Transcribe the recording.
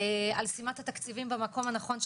על שימת התקציבים במקום הנכון,